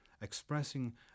expressing